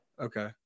Okay